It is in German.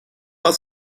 aus